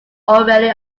already